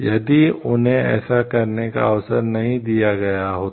यदि उन्हें ऐसा करने का अवसर नहीं दिया गया होता